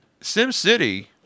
SimCity